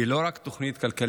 היא לא רק תוכנית כלכלית,